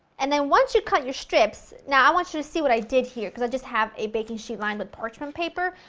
and then once you cut your strips, now i want you to see what i did here, because i just have a baking sheet lined with parchment paper.